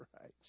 right